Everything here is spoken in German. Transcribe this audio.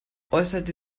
äußerte